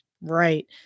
Right